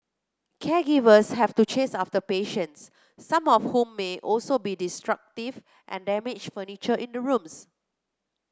caregivers have to chase after patients some of whom may also be destructive and damage furniture in the rooms